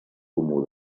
comú